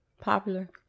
Popular